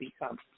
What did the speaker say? become